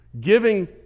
Giving